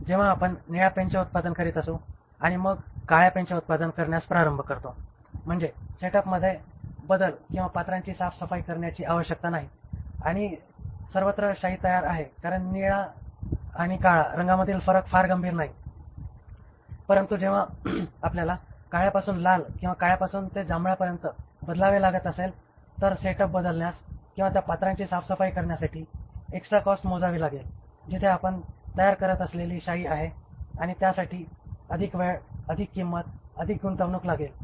जेव्हा आपण निळ्या पेनचे उत्पादन करीत असू आणि मग आपण काळ्या पेनचे उत्पादन करण्यास प्रारंभ करतो म्हणजे सेटअपमध्ये बदल किंवा पात्रांची साफसफाई करण्याची आवश्यकता नाही आणि सर्वत्र शाई तयार आहे कारण निळा आणि काळा रंगांमधील फरक फार गंभीर नाही परंतु जेव्हा आपल्याला काळ्यापासून लाल किंवा काळ्यापासून ते जांभळ्यापर्यंत बदलावे लागत असेल तर सेटअप बदलण्यात किंवा त्या पात्रांची साफसफाई करण्यासाठी एक्सट्रा कॉस्ट मोजावी लागेल जिथे आपण तयार करत असलेली शाई आहे आणि त्यासाठी अधिक वेळ अधिक किंमत अधिक गुंतवणूक लागेल